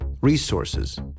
resources